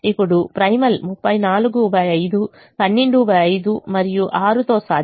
ఇప్పుడు ప్రైమల్ 345 125 మరియు 6 తో సాధ్యమే